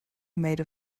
made